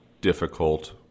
difficult